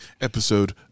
episode